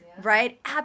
right